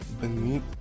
beneath